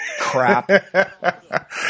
crap